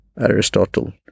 aristotle